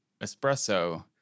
espresso